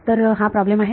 तर हा प्रॉब्लेम आहे